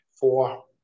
four